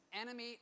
enemy